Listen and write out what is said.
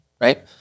right